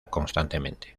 constantemente